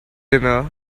dinner